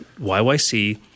YYC